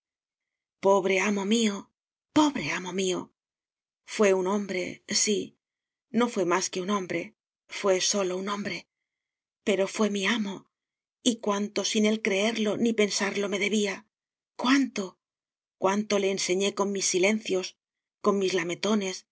pobre amo mío pobre amo mío fué un hombre sí no fué más que un hombre fué sólo un hombre pero fué mi amo y cuánto sin él creerlo ni pensarlo me debía cuánto cuánto le enseñé con mis silencios con mis lametones